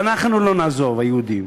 ואנחנו לא נעזוב, היהודים.